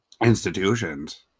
institutions